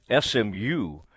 SMU